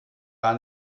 gar